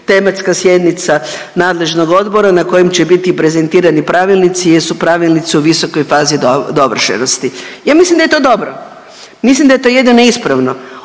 tematska sjednica nadležnog odbora na kojem će biti prezentirani pravilnici jer su pravilnici u visokoj fazi dovršenosti. Ja mislim da je to dobro. Mislim da je to jedino ispravno.